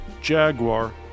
Jaguar